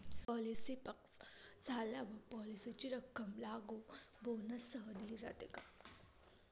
Policy पक्व झाल्यावर पॉलिसीची रक्कम लागू बोनससह दिली जाते का?